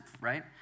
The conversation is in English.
right